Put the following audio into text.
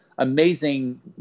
amazing